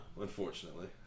Unfortunately